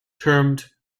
termed